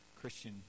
Christian